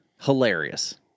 Hilarious